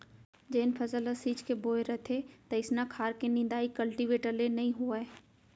जेन फसल ल छीच के बोए रथें तइसना खार के निंदाइ कल्टीवेटर ले नइ होवय